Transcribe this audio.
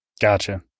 Gotcha